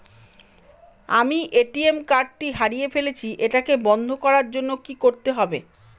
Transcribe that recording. আমি ATM card টি হারিয়ে ফেলেছি এটাকে বন্ধ করার জন্য কি করতে হবে?